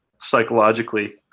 psychologically